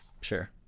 sure